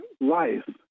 life